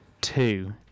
two